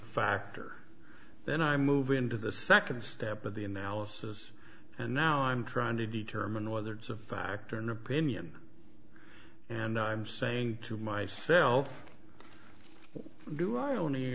factor then i move into the second step of the analysis and now i'm trying to determine whether it's a fact or an opinion and i'm saying to myself why do i only